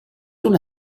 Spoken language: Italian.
una